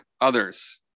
others